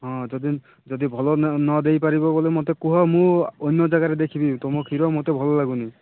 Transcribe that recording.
ହଁ ଯଦି ଯଦି ଭଲ ନଦେଇପାରିବ ବୋଲେ ମୋତେ କୁହ ମୁଁ ଅନ୍ୟ ଜାଗାରେ ଦେଖିବି ତମ କ୍ଷୀର ମୋତେ ଭଲ ଲାଗୁନି